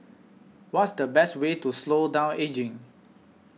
what's the best way to slow down ageing